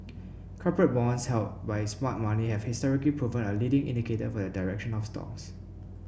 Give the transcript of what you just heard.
corporate bonds held by smart money have historically proven a leading indicator for the direction of stocks